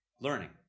Learning